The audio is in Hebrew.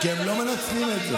כי הם לא מנצלים את זה.